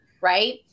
right